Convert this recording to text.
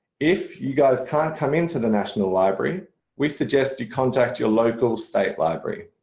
if you guys can't come into the national library we suggest you contact your local state library.